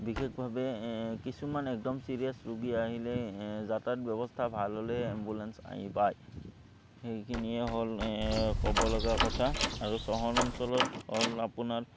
বিশেষভাৱে কিছুমান একদম চিৰিয়াছ ৰোগী আহিলে যাতায়াত ব্যৱস্থা ভাল হ'লে এম্বুলেঞ্চ আহি পায় সেইখিনিয়ে হ'ল ক'ব লগা কথা আৰু চহৰ অঞ্চলত হ'ল আপোনাৰ